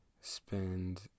spend